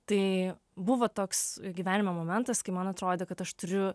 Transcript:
tai buvo toks gyvenimo momentas kai man atrodė kad aš turiu